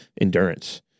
endurance